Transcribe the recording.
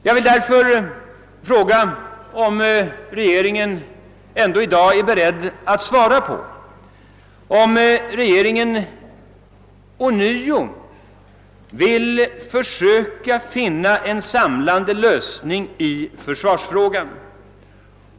Jag vill därför fråga om regeringen är beredd att ånyo söka finna en samlande lösning i försvarsfrågan.